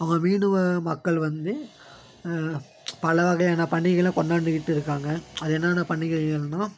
அவங்க மீனவ மக்கள் வந்து பல வகையான பண்டிகைகளை கொண்டாடிக்கிட்டு இருக்காங்க அது என்னான்ன பண்டிகைகள்னா